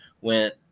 went